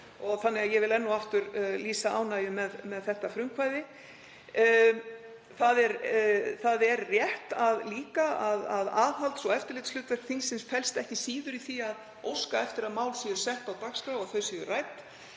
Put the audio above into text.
Þannig að ég vil enn og aftur lýsa ánægju með þetta frumkvæði. Það er rétt að aðhalds- og eftirlitshlutverk þingsins felst ekki síður í því að óska eftir að mál séu sett á dagskrá og þau séu rædd.